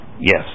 Yes